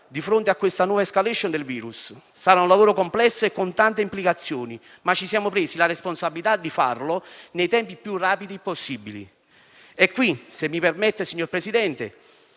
di fronte alla nuova *escalation* del virus. Sarà un lavoro complesso e con tante implicazioni, ma ci siamo presi la responsabilità di farlo nei tempi più rapidi possibili e qui - se mi permette, signor Presidente